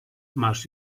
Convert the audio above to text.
masz